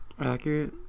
Accurate